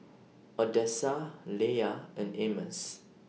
Odessa Leia and Amos